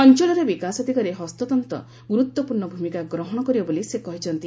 ଅଞ୍ଚଳର ବିକାଶ ଦିଗରେ ହସ୍ତତ୍ତ ଗୁରୁତ୍ୱପୂର୍ଣ୍ଣ ଭୂମିକା ଗ୍ରହଣ କରିବ ବୋଲି ସେ କହିଛନ୍ତି